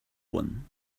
one